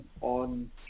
on